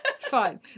Fine